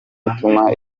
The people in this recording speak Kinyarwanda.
gutuma